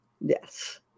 Yes